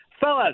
Fellas